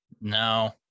no